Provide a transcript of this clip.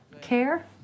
care